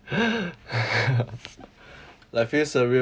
like feels surreal